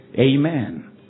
Amen